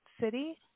city